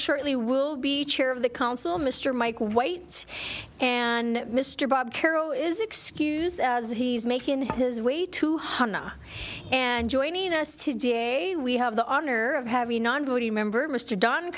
shortly will be chair of the council mr mike white and mr bob carroll is excuse as he's making his way to hunt and joining us today we have the honor of having a non voting member mr don